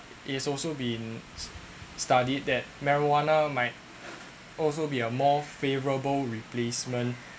it's also been studied that marijuana might also be a more favorable replacement